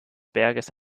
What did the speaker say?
berges